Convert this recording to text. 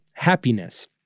happiness